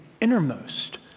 innermost